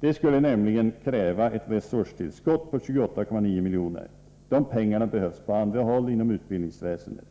Det skulle nämligen kräva ett resurstillskott på 28,9 milj.kr. De pengarna behövs på andra håll inom utbildningsväsendet.